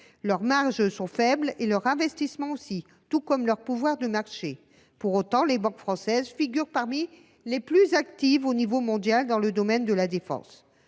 Leurs marges sont faibles, et leurs investissements aussi, tout comme leur pouvoir de marché. Pour autant, les banques françaises figurent parmi les plus actives au niveau mondial dans le domaine de la défense.